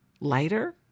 Lighter